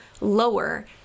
lower